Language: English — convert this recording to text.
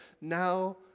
now